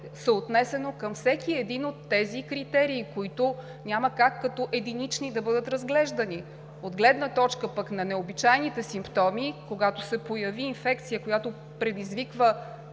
съотнесено към всеки един от тези критерии, които няма как като единични да бъдат разглеждани. От гледна точка пък на необичайните симптоми, когато се появи инфекция, която предизвиква